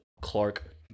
Clark